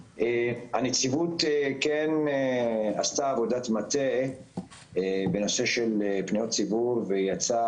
הנציבות כן עשתה עבודת מטה בנושא של פניות ציבור ויצא